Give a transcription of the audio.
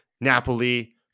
napoli